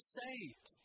saved